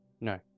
No